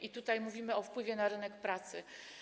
I tutaj mówimy o wpływie na rynek pracy.